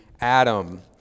Adam